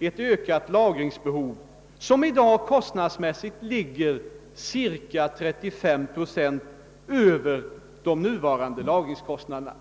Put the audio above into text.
ett ökat lagringsbehov, som i dag kostnadsmässigt ligger ungefär 35 procent över de nuvarande lagringskostnaderna.